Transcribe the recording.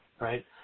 Right